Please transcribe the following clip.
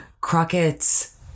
Crockett's